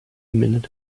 minute